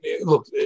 look